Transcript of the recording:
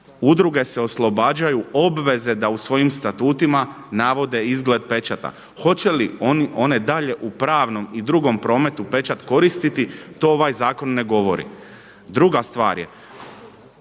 Udruge se oslobađaju obveze da u svojim statutima navode izgled pečata. Hoće li one dalje u pravnom i drugom prometu pečat koristiti to ovaj zakon ne govori. Druga stvar je